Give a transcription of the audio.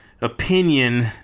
opinion